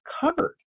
covered